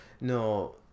no